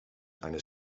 eines